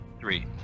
three